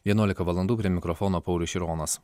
vienuolika valandų prie mikrofono paulius šironas